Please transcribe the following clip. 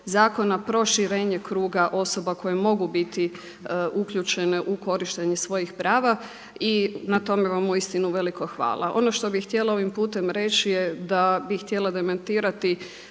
zakona, proširenje kruga osoba koje mogu biti uključene u korištenje svojih prava i na tome vam uistinu veliko hvala. Ono što bih htjela ovim putem reći je da bih htjela demantirati